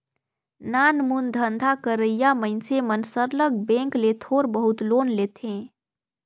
नानमुन धंधा करइया मइनसे मन सरलग बेंक ले थोर बहुत लोन लेथें